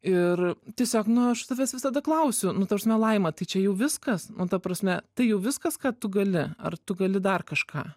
ir tiesiog nu aš savęs visada klausiu nu ta prasme laima tai čia jau viskas nu ta prasme tai jau viskas ką tu gali ar tu gali dar kažką